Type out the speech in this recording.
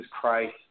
Christ